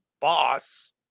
boss